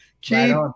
Keep